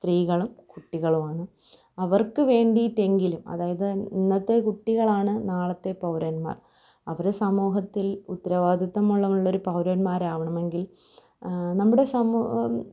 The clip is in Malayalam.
സ്ത്രീകളും കുട്ടികളുമാണ് അവർക്ക് വേണ്ടിയിട്ടെങ്കിലും അതായത് ഇന്നത്തെ കുട്ടികളാണ് നാളത്തെ പൗരന്മാർ അവര് സമൂഹത്തിൽ ഉത്തരവാദിത്വമുള്ള പൗരന്മാരാവണമെങ്കിൽ നമ്മുടെ സമൂഹം